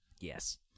Yes